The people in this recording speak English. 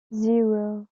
zero